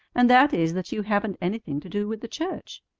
and that is that you haven't anything to do with the church.